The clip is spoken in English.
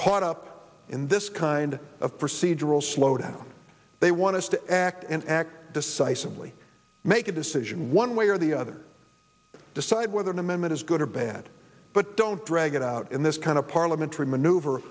caught up in this kind of procedural slow down they want us to act and act decisively make a decision one way or the other decide whether an amendment is good or bad but don't drag it out in this kind of parliamentary maneuver